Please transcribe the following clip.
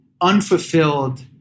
unfulfilled